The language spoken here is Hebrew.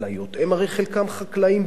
הרי חלקם חקלאים בארצם,